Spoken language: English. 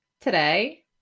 Today